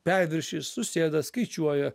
perviršis susėda skaičiuoja